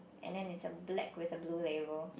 and then is a black with the blue level